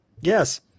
Yes